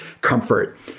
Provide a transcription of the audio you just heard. comfort